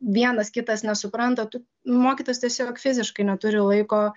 vienas kitas nesupranta tu mokytojas tiesiog fiziškai neturi laiko